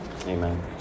amen